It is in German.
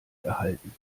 erhalten